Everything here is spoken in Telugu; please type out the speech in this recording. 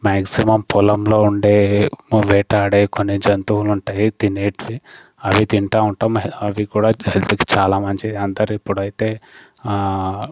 మ్యాక్సిమమ్ పొలంలో ఉండే వేటాడే కొన్ని జంతువులు ఉంటాయి తినేటివి అవి తింటా ఉంటాం అవి కూడా హెల్త్కి చాలా మంచిది అందరు ఇప్పుడైతే